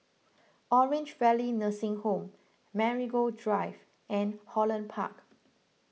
Orange Valley Nursing Home Marigold Drive and Holland Park